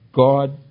God